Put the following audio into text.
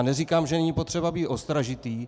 Neříkám, že není potřeba být ostražitý.